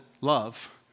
love